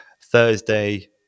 Thursday